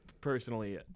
personally